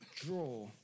draw